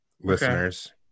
listeners